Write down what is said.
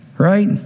right